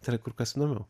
tai yra kur kas įdomiau